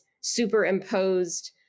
superimposed